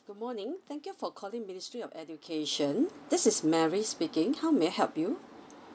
good morning thank you for calling ministry of education this is mary speaking how may I help you